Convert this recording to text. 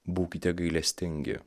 būkite gailestingi